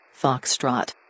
Foxtrot